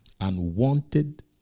unwanted